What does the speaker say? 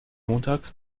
montags